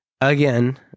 again